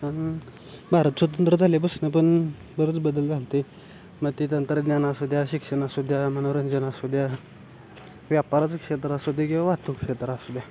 कारण भारत स्वतंत्र झाल्यापासून पण बरंच बदल झाले होते मग ते तंत्रज्ञान असूद्या शिक्षण असूद्या मनोरंजन असूद्या व्यापाराचं क्षेत्र असू दे किंवा वाहतूक क्षेत्र असू द्या